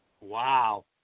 Wow